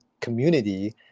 community